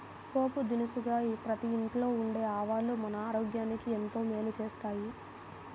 పోపు దినుసుగా ప్రతి ఇంట్లో ఉండే ఆవాలు మన ఆరోగ్యానికి ఎంతో మేలు చేస్తాయి